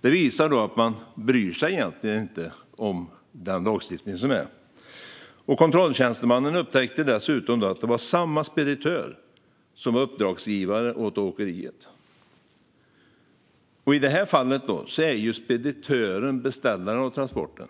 Det visar att man egentligen inte bryr sig om den lagstiftning som finns. Kontrolltjänstemannen upptäckte dessutom att det var samma speditör som var uppdragsgivare åt åkeriet. I det här fallet är speditören beställare av transporten.